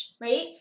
right